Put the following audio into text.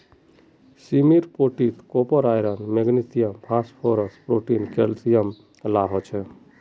सीमेर पोटीत copper, iron, magnesium, phosphorus, protein, calcium ला हो छे